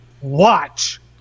watch